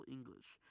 English